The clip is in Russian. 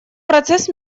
процесс